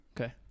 Okay